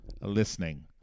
listening